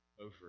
over